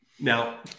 Now